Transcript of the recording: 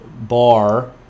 bar